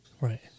Right